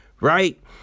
right